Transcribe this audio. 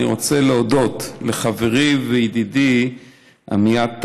אני רוצה להודות לחברי וידידי עמיעד טאוב,